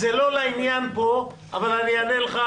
זה לא לעניין פה אבל אני אענה לך